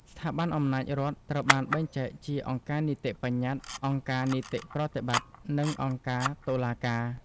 ស្ថាប័នអំណាចរដ្ឋត្រូវបានបែងចែកជាអង្គការនីតិបញ្ញត្តិ អង្គការនីតិប្រតិបត្តិ និងអង្គការតុលាការ។